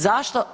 Zašto?